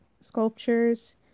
sculptures